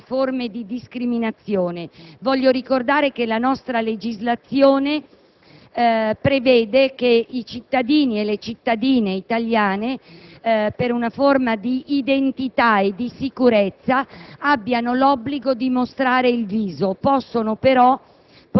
franco e onesto, così da evitare forme di discriminazione. Voglio ricordare che la nostra legislazione prevede per i cittadini e le cittadine italiane, per una questione d'identità e di sicurezza,